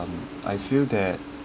um I feel that